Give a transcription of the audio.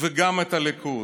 וגם את הליכוד,